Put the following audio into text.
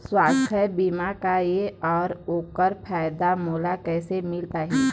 सुवास्थ बीमा का ए अउ ओकर फायदा मोला कैसे मिल पाही?